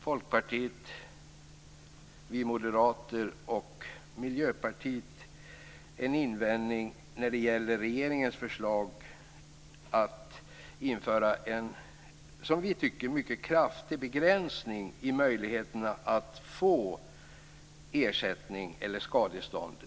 Folkpartiet, vi moderater och Miljöpartiet en invändning när det gäller regeringens förslag att införa en kraftig begränsning i möjligheterna att få ersättning eller skadestånd.